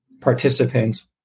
participants